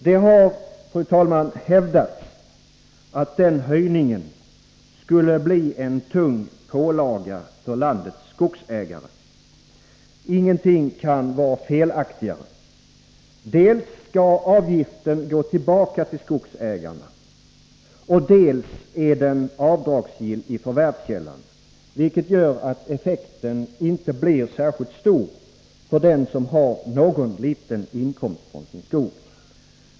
Det har hävdats, fru talman, att denna höjning skulle bli en tung pålaga för landets skogsägare. Ingenting kan vara felaktigare. Dels skall avgiften gå tillbaka till skogsägarna, dels är den avdragsgill i förvärvskällan, vilket gör att effekten inte blir särskilt stor för den som har någon liten inkomst från sin skog.